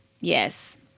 Yes